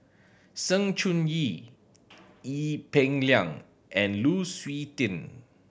Sng Choon Yee Ee Peng Liang and Lu Suitin